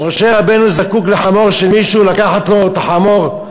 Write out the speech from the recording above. משה רבנו זקוק לחמור של מישהו, לקחת לו את החמור?